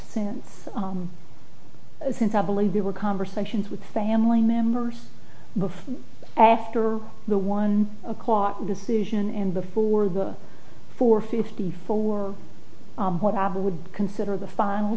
and since i believe there were conversations with family members after the one o'clock decision and before good for fifty for what i would consider the final